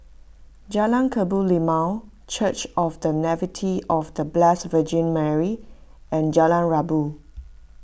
Jalan Kebun Limau Church of the Nativity of the Blessed Virgin Mary and Jalan Rabu